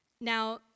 now